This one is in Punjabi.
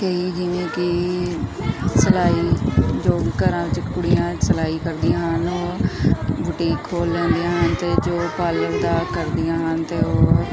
ਕਈ ਜਿਵੇਂ ਕਿ ਸਿਲਾਈ ਜੋ ਕਿ ਘਰਾਂ 'ਚ ਕੁੜੀਆਂ ਸਿਲਾਈ ਕਰਦੀਆਂ ਹਨ ਉਹ ਬੁਟੀਕ ਖੋਲ੍ਹ ਲੈਂਦੀਆਂ ਹਨ ਅਤੇ ਜੋ ਪਾਰਲਰ ਦਾ ਕਰਦੀਆਂ ਹਨ ਅਤੇ ਉਹ